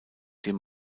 dem